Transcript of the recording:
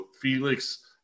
Felix